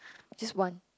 just one